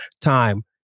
time